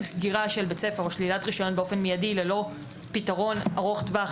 מיידי ללא פתרון ארוך טווח להסעות התלמידים,